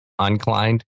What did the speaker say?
unclined